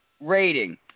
rating